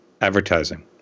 advertising